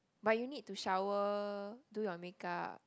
but you need to shower do your make up